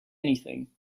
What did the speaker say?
anything